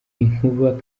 inkuba